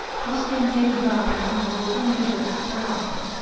poscentes vario multum diversa palato,